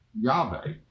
Yahweh